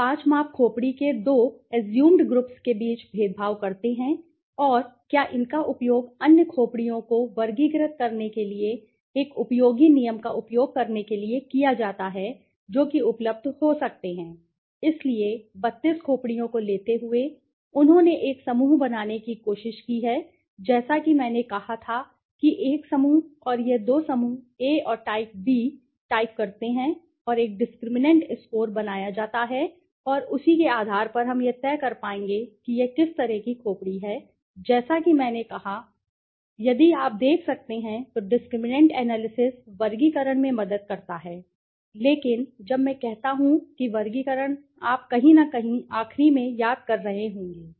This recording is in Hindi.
क्या पाँच माप खोपड़ी के दो अस्यूमड ग्रुप्स के बीच भेदभाव करते हैं और क्या उनका उपयोग अन्य खोपड़ियों को वर्गीकृत करने के लिए एक उपयोगी नियम का उपयोग करने के लिए किया जा सकता है जो कि उपलब्ध हो सकते हैं इसलिए 32 खोपड़ियों को लेते हुए उन्होंने एक समूह बनाने की कोशिश की है जैसा कि मैंने कहा था कि एक समूह और यह दो समूह A और टाइप B टाइप करते हैं और एक डिस्क्रिमिनैंट स्कोर बनाया जाता है और उसी के आधार पर हम यह तय कर पाएंगे कि यह किस तरह की खोपड़ी है जैसा कि मैंने कहा जैसा कि कहा जाता है यदि आप देख सकते हैं तो डिस्क्रिमिनैंट एनालिसिस वर्गीकरण में मदद करता है लेकिन जब मैं कहता हूं कि वर्गीकरण आप कहीं न कहीं आखिरी में याद कर रहे होंगे